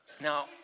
Now